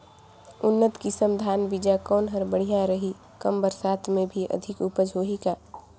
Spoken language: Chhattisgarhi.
उन्नत किसम धान बीजा कौन हर बढ़िया रही? कम बरसात मे भी अधिक उपज होही का?